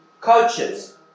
coaches